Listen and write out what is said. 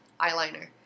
eyeliner